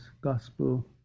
Gospel